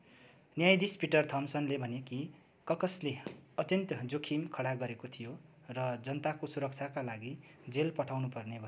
न्यायाधीश पिटर थम्पसनले भने कि कक्सले अत्यन्त जोखिम खडा गरेको थियो र जनताको सुरक्षाका लागि जेल पठाउनुपर्ने भयो